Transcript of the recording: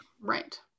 Right